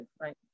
right